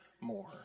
more